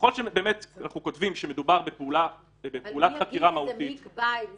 ככל שאנחנו כותבים שמדובר בפעולת חקירה מהותית